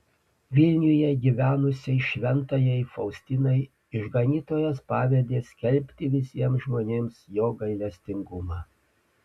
vilniuje gyvenusiai šventajai faustinai išganytojas pavedė skelbti visiems žmonėms jo gailestingumą